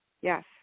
Yes